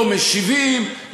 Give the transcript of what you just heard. לא משיבים,